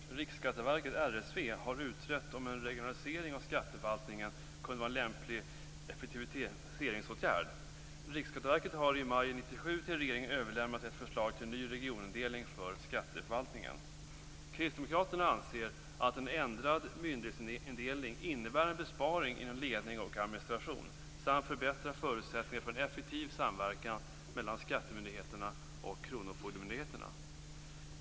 Fru talman! Riksskatteverket, RSV, har utrett om en regionalisering av skattesförvaltningen kunde vara en lämplig effektiviseringsåtgärd. Riksskatteverket har i maj 1997 till regeringen överlämnat ett förslag till ny regionindelning för skatteförvaltningen. Kristdemokraterna anser att en ändrad myndighetsindelning innebär en besparing inom ledning och administration samt förbättrar förutsättningarna för en effektiv samverkan mellan skattemyndigheterna och kronofogdemyndigheterna.